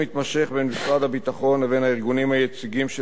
משרד הביטחון לבין הארגונים היציגים של הזכאים,